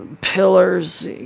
pillars